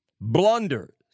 blunders